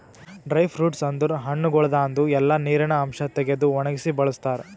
dry fruits ಅಂದುರ್ ಹಣ್ಣಗೊಳ್ದಾಂದು ಎಲ್ಲಾ ನೀರಿನ ಅಂಶ ತೆಗೆದು ಒಣಗಿಸಿ ಬಳ್ಸತಾರ್